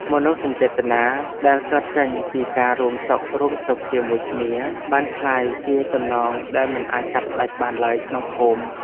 មនោសញ្ចេតនាដែលកើតចេញពីការរួមសុខរួមទុក្ខជាមួយគ្នាបានក្លាយជាចំណងដែលមិនអាចកាត់ផ្ដាច់បានឡើយក្នុងភូមិ។